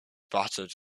battered